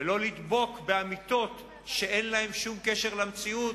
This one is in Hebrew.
ולא לדבוק באמיתות שאין להן שום קשר למציאות